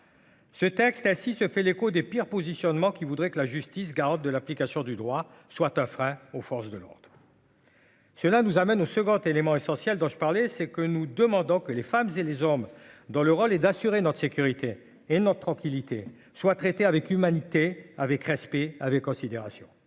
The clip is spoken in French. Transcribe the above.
ce texte assis, se fait l'écho des pires positionnement qui voudrait que la justice, garante de l'application du droit soit un frein aux forces de l'ordre. Cela nous amène au second élément essentiel dont je parlais, c'est que nous demandons que les femmes et les hommes, dont le rôle est d'assurer notre sécurité et notre tranquillité soit traités avec humanité, avec respect, avec considération.